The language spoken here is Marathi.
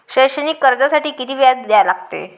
शैक्षणिक कर्जासाठी किती व्याज द्या लागते?